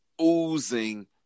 oozing